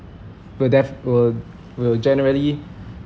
will def~ will will generally